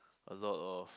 a lot of